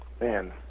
man